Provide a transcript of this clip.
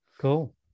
cool